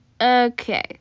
okay